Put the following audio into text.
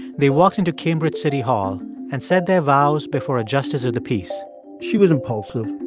they walked into cambridge city hall and said their vows before a justice of the peace she was impulsive.